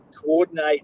coordinate